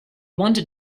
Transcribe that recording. wanted